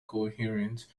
coherence